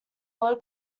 low